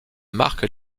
marque